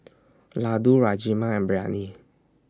Ladoo Rajma and Biryani